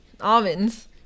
Almonds